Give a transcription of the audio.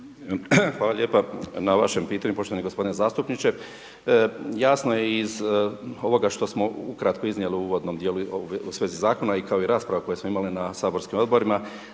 Hvala lijepa na vašem pitanju poštovani gospodine zastupniče. Jasno je iz ovog što smo ukratko iznijeli u uvodnom dijelu u svezi zakona i kao i rasprave koje smo imali na saborskim odborima